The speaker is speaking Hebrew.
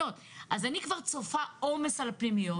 הפנימיות הכניסו כסף תוספתי של 90 מיליון שקלים.